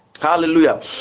Hallelujah